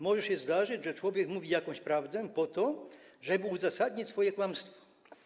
Może się zdarzyć, że człowiek mówi jakąś prawdę po to, żeby uzasadnić swoje kłamstwo.